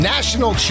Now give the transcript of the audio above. National